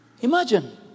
Imagine